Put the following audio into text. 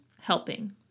helping